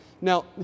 Now